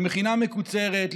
במכינה מקוצרת,